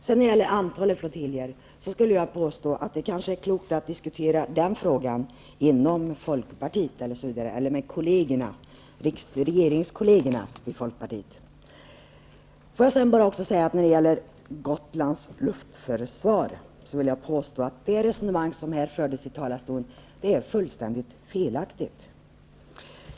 När det gäller antalet flottiljer vill jag påstå att det kanske vore klokt av Pehr Löfgreen att diskutera den frågan med regeringskollegerna i Folkpartiet. Får jag påstå att det resonemang om Gotlands luftförsvar som fördes i talarstolen är fullständigt felaktigt.